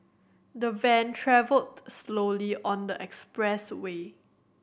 the van travelled slowly on the expressway